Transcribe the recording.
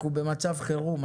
אנחנו במצב חירום.